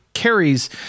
Carries